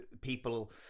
people